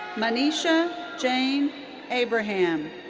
manisha jane abraham.